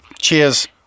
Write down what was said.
Cheers